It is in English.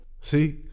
See